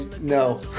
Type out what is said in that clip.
no